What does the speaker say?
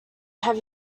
have